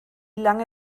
lange